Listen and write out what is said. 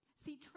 See